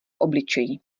obličeji